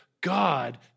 God